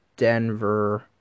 Denver